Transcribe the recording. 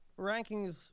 rankings